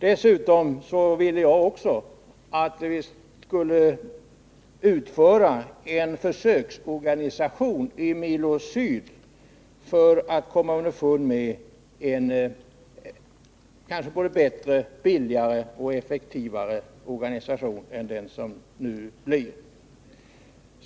Dessutom ville också jag att vi skulle få till stånd en försöksorganisation i Milo Syd för att se om vi kan få en kanske både bättre och billigare och effektivare organisation än den som nu blir.